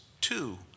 two